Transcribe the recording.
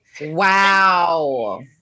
Wow